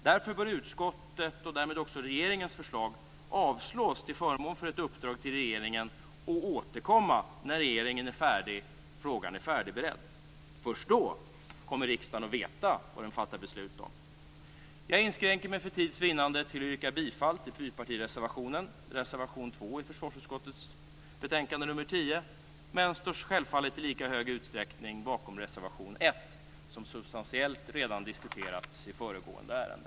Därför bör utskottets och därmed också regeringens förslag avslås till förmån för ett uppdrag till regeringen att återkomma när frågan är färdigberedd. Först då kommer riksdagen att veta vad den fattar beslut om. Jag inskränker mig för tids vinnande till att yrka bifall till fyrpartireservationen, reservation 2 till försvarsutskottets betänkanden nr 10. Jag står dock självfallet i lika stor utsträckning bakom reservation 1, som substantiellt redan diskuterats i föregående ärende.